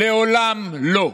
לעולם לא.